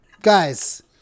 Guys